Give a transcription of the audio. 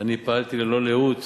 אני פעלתי ללא לאות